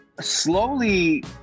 slowly